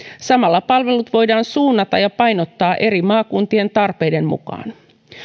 samalla palvelut voidaan suunnata ja painottaa eri maakuntien tarpeiden mukaan